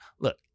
Look